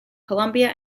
colombia